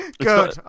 Good